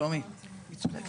שלומי, היא צודקת.